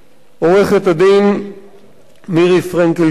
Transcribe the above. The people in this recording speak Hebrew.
עורכת-דין מירי פרנקל-שור,